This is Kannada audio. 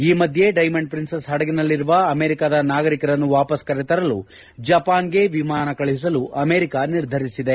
ಈ ಮಧ್ಯೆ ಡೈಮಂಡ್ ಪ್ರಿನ್ಸ್ ಪಡಗಿನಲ್ಲಿರುವ ಅಮೆರಿಕದ ನಾಗರಿಕರನ್ನು ವಾಪಸ್ ಕರೆತರಲು ಜಪಾನ್ಗೆ ವಿಮಾನ ಕಳುಹಿಸಲು ಅಮೆರಿಕ ನಿರ್ಧರಿಸಿದೆ